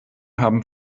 haben